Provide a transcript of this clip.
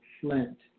flint